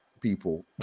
people